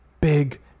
Big